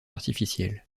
artificielle